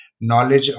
knowledge